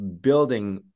building